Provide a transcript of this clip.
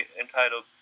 entitled